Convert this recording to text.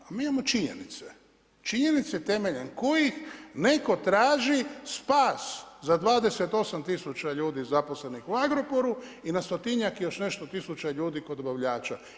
A mi imamo činjenice, činjenice temeljem kojih netko traži spas za 28000 ljudi zaposlenih u Agrokoru i na stotinjak i još nešto tisuća ljudi kod dobavljača.